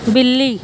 بلی